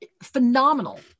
Phenomenal